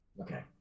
Okay